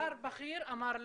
שר בכיר אמר לי: